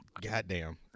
Goddamn